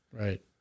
right